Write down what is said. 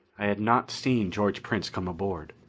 i had not seen george prince come aboard.